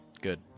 Good